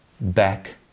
back